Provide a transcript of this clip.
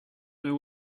know